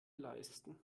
leisten